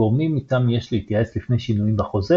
גורמים אתם יש להתייעץ לפני שינויים בחוזה